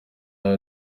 aho